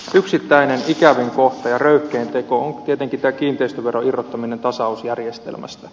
yksittäinen ikävin kohta ja röyhkein teko on tietenkin tämä kiinteistöveron irrottaminen tasausjärjestelmästä